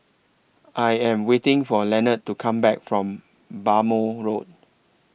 I Am waiting For Leonard to Come Back from Bhamo Road